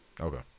Okay